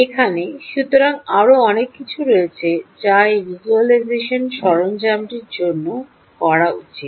এখানে সুতরাং আরও অনেক কিছু রয়েছে যা এই ভিজ্যুয়ালাইজেশন সরঞ্জামটির জন্য করা উচিত